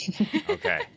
Okay